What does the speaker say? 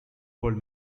gold